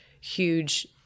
huge